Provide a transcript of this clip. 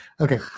Okay